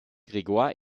grégoire